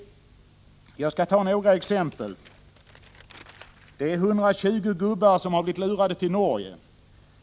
Jag skall anföra några exempel. 120 gubbar har blivit lurade till Norge.